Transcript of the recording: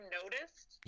noticed